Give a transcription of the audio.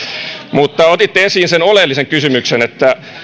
mutta otitte esiin sen oleellisen kysymyksen että